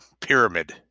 pyramid